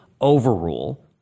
overrule